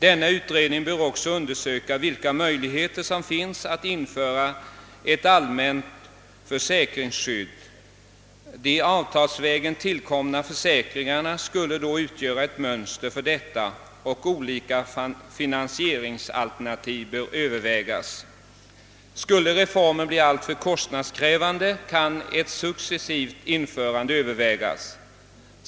Denna utredning bör också undersöka vilka möjligheter som finns att införa ett allmänt försäkringsskydd. De avtalsvägen tillkomna försäkringarna skulle då utgöra ett mönster för detta. Olika finansieringsalternativ bör övervägas. Skulle reformen bli alltför kostnadskrävande kan ett successivt införande övervägas.